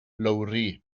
lowri